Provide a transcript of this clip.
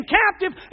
captive